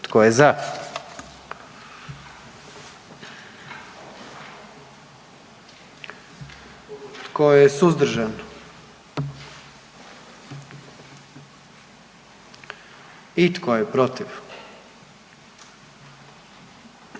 Tko je za? Tko je suzdržan? I tko je protiv? Utvrđujem